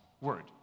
word